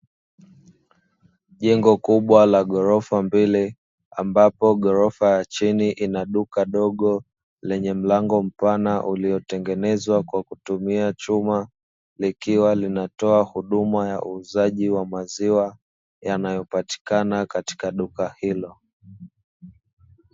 Jengo kubwa la ghorofa mbili ambapo ghorofa ya chini ina duka dogo lenye mlango mpana, uliotengenezwa kwa kutumia chuma likiwa linatoa huduma ya uuzaji wa maziwa yanayopatikana katika duka hilo.